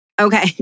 Okay